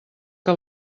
que